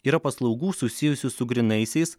yra paslaugų susijusių su grynaisiais